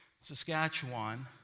Saskatchewan